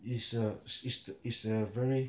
it's a it's the it's a very